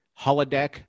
holodeck